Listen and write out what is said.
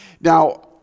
Now